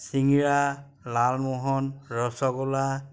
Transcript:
চিঙৰা লালমোহন ৰসগোল্লা